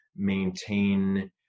maintain